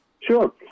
Sure